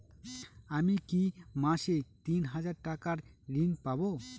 আমি কি মাসে তিন হাজার টাকার ঋণ পাবো?